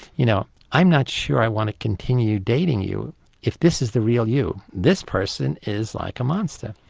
you know, i'm not sure i want to continue dating you if this is the real you, this person is like a monster.